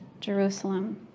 Jerusalem